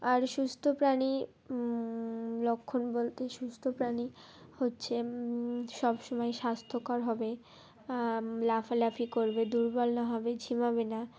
আর সুস্থ প্রাণী লক্ষণ বলতে সুস্থ প্রাণী হচ্ছে সব সময় স্বাস্থ্যকর হবে লাফালাফি করবে দুর্বল না হবে ঝিমাবে না